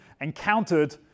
encountered